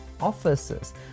offices